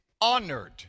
honored